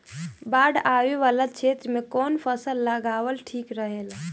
बाढ़ वाला क्षेत्र में कउन फसल लगावल ठिक रहेला?